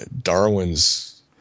Darwin's